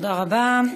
תודה רבה.